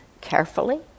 carefully